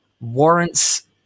warrants